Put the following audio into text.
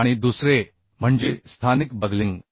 आणि दुसरे म्हणजे स्थानिक बकलिंग